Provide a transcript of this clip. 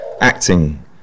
acting